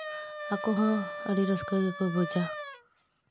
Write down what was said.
ᱟᱨ ᱟᱠᱚ ᱦᱚᱸ ᱟᱹᱰᱤ ᱨᱟᱹᱥᱠᱟᱹ ᱜᱮᱠᱚ ᱵᱩᱡᱟ